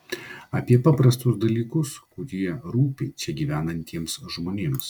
apie paprastus dalykus kurie rūpi čia gyvenantiems žmonėms